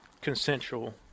consensual